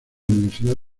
universidad